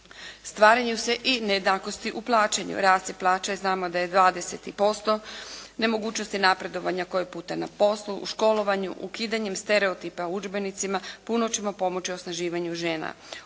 Stvaraju se i nejednakosti u plaćanju, … /Ne razumije se./ … plaća znamo da je 20%, nemogućnosti napredovanja koji puta na poslu, u školovanju, ukidanjem stereotipa udžbenicima puno ćemo pomoći osnaživanju žena.